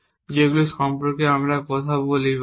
যেগুলি সম্পর্কে আমরা কথা বলি এবং বা না